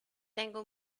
tengo